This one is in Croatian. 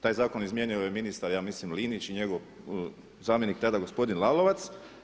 Taj zakon izmijenio je ministar ja mislim Linić i njegov zamjenik tada gospodin Lalovac.